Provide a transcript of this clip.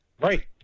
Right